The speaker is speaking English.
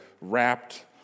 wrapped